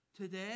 today